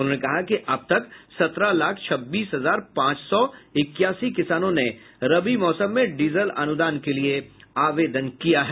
उन्होंने कहा कि अब तक सत्रह लाख छब्बीस हजार पांच सौ इक्यासी किसानों ने रबि मौसम में डीजल अनुदान के लिये आवेदन किया है